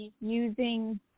using